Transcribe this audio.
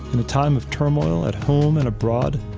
in a time of turmoil at home and abroad,